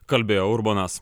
kalbėjo urbonas